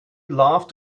love